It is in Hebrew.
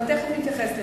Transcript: אבל תיכף נתייחס לזה.